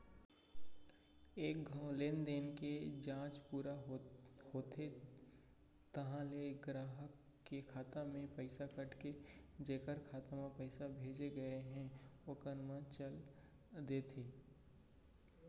एक घौं लेनदेन के जांच पूरा होथे तहॉं ले गराहक के खाता ले पइसा कट के जेकर खाता म पइसा भेजे गए हे ओकर म चल देथे